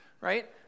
Right